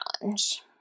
challenge